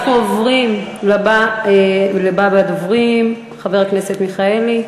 אנחנו עוברים לדובר הבא, חבר הכנסת מיכאלי.